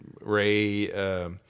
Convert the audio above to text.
Ray